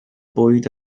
bwyd